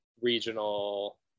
regional